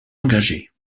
engagées